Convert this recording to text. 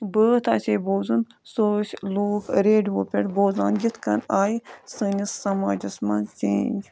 بٲتھ آسہِ ہے بوزُن سُہ ٲسۍ لوٗکھ ریڈِیو پٮ۪ٹھ بوزان یِتھ کنۍ آیہِ سٲنِس سَماجَس منٛز چینٛج